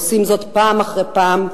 עושים זאת פעם אחר פעם,